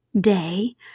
day